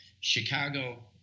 Chicago